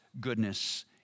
goodness